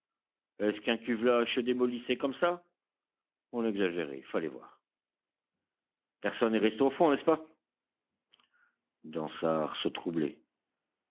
est-ce qu'un cuvelage se démolissait comme ça on exagérait il fallait voir personne n'est resté au fond n'est-ce pas dansaert se